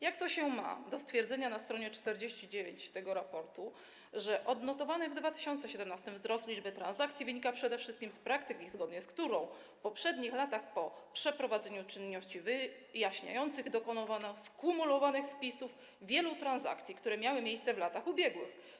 Jak to się ma do stwierdzenia na str. 49 tego raportu, że odnotowany w 2017 r. wzrost liczby transakcji wynika przede wszystkim z praktyki, zgodnie z którą w poprzednich latach po przeprowadzeniu czynności wyjaśniających dokonywano skumulowanych wpisów wielu transakcji, które miały miejsce w latach ubiegłych?